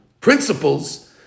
principles